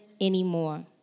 anymore